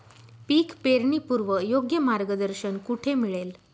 पीक पेरणीपूर्व योग्य मार्गदर्शन कुठे मिळेल?